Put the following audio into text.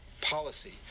policy